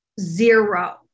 zero